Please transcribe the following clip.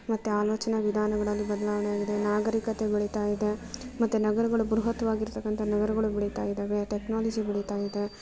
ಮತ್ತು ಆಲೋಚನಾ ವಿಧಾನಗಳಲ್ಲಿ ಬದಲಾವಣೆಯಾಗಿದೆ ನಾಗರೀಕತೆ ಬೆಳಿತಾ ಇದೆ ಮತ್ತು ನಗರಗಳು ಬೃಹತ್ತಾಗಿರ್ತಕಂತ ನಗರಗಳು ಬೆಳಿತಾ ಇದಾವೆ ಟೆಕ್ನಾಲಜಿ ಬೆಳಿತಾ ಇದೆ